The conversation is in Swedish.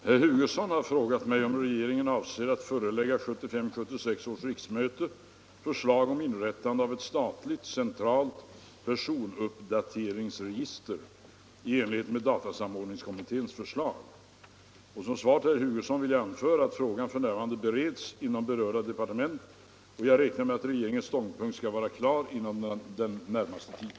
109, och anförde: Om inrättande av Herr talman! Herr Hugosson har frågat mig om regeringen avser att = ett statligt centralt förelägga 1975/76 års riksmöte förslag om inrättande av ett statligt cen — personuppdatetralt personuppdateringsregister i enlighet med datasamordningskommit = ringsregister téns förslag. Som svar till herr Hugosson vill jag anföra att frågan f. n. bereds inom berörda departement. Jag räknar med att regeringens ståndpunkt skall vara klar inom den närmaste tiden.